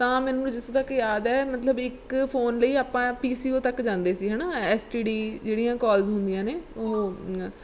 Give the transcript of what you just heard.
ਤਾਂ ਮੈਨੂੰ ਜਿੱਥੋਂ ਤੱਕ ਯਾਦ ਹੈ ਮਤਲਬ ਇੱਕ ਫੋਨ ਲਈ ਆਪਾਂ ਪੀ ਸੀ ਓ ਤੱਕ ਜਾਂਦੇ ਸੀ ਹੈ ਨਾ ਐਸ ਟੀ ਡੀ ਜਿਹੜੀਆਂ ਕੋਲਸ ਹੁੰਦੀਆਂ ਨੇ ਉਹ